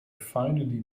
finally